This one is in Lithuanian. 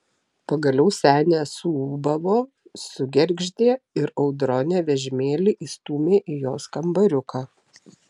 pagaliau senė suūbavo sugergždė ir audronė vežimėlį įstūmė į jos kambariuką